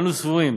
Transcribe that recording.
אנו סבורים